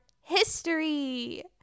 history